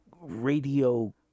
radio